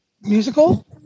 Musical